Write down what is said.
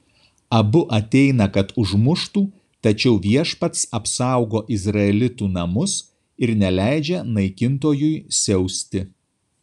abu ateina kad užmuštų tačiau viešpats apsaugo izraelitų namus ir neleidžia naikintojui siausti